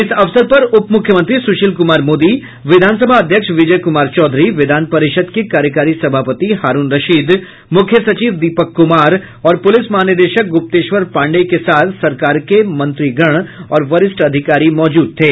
इस अवसर पर उप मुख्यमंत्री सुशील कुमार मोदी विधानसभा अध्यक्ष विजय कुमार चौधरी विधान परिषद के कार्यकारी सभापति हारुन रशीद मुख्य सचिव दीपक कुमार और पुलिस महानिदेशक गुप्तेश्वर पांडेय के साथ सरकार के अन्य मंत्रिगण और वरिष्ठ अधिकारी मौजूद थे